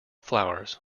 flowers